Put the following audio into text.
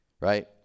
Right